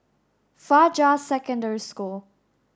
Fajar Secondary School